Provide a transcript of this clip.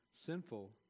sinful